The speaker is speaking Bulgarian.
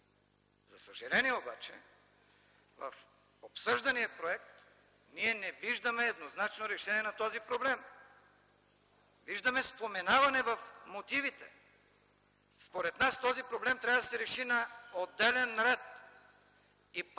За съжаление обаче в обсъждания проект ние не виждаме еднозначно решение на този проблем. Виждаме споменаване в мотивите. Според нас този проблем трябва да се реши на отделен ред. И пак